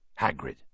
Hagrid